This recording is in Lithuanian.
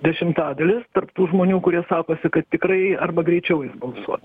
dešimtadalis tarp tų žmonių kurie sakosi kad tikrai arba greičiau jie balsuot